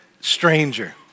Stranger